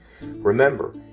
Remember